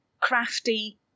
crafty